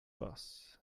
boss